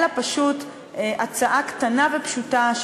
אלא פשוט להצעה קטנה ופשוטה,